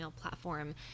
platform